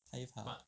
他又放